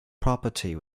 property